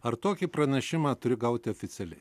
ar tokį pranešimą turi gauti oficialiai